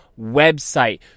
website